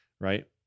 right